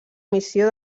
missió